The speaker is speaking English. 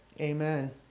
Amen